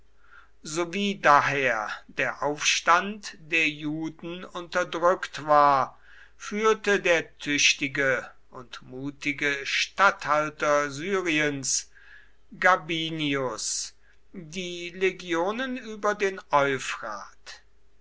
sowie daher der aufstand der juden unterdrückt war führte der tüchtige und mutige statthalter syriens gabinius die legionen über den